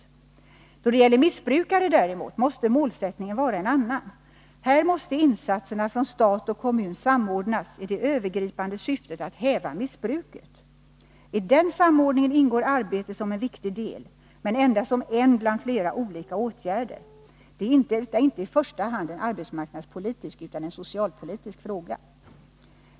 Då det däremot gäller missbrukare måste målsättningen vara en annan. Här måste insatserna från stat och kommun samordnas i det övergripande syftet att häva missbruket. I den samordningen ingår arbete som en viktig del, men endast som en bland flera olika åtgärder. Detta är inte i första hand en arbetsmarknadspolitisk utan en socialpolitisk fråga.